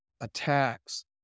attacks